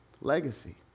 legacy